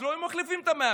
אז לא היו מחליפים את המאמן.